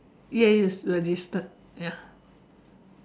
yes yes the distance ya